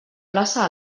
plaça